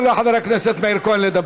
מה אתה מחבק אותו?